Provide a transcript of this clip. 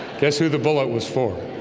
guess who the bullet was for?